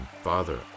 Father